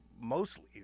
mostly